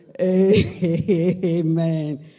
amen